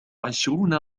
عشرون